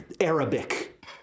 Arabic